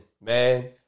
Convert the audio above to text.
man